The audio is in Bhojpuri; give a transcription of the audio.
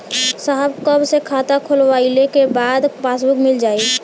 साहब कब ले खाता खोलवाइले के बाद पासबुक मिल जाई?